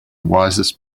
wisest